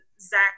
Zach